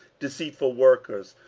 deceitful workers,